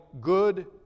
good